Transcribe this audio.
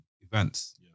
events